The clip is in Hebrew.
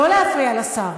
לא להפריע לשר.